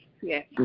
yes